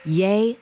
yay